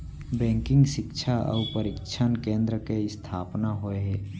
banking सिक्छा अउ परसिक्छन केन्द्र के इस्थापना होय हे